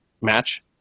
match